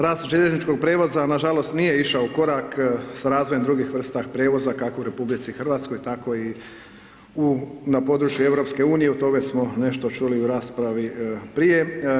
Rast željezničkog prijevoza nažalost nije išao korak sa razvojem drugih vrsta prijevoza kako u RH tako i na području EU o tome smo nešto čuli i u raspravi prije.